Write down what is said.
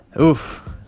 oof